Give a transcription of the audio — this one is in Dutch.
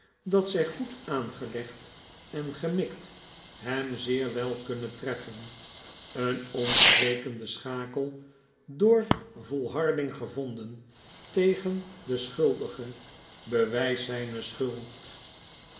dat zjj goed aangelegd en gemikt hem zeer wel kunnen treffen een ontbrekende schakel door volharding gevonden tegen den schuldige bewjjst zijne schuld